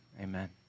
amen